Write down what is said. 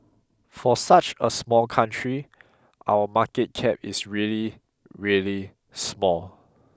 for such a small country our market cap is really really small